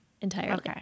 Entirely